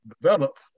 develop